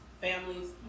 families